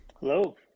Hello